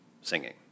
singing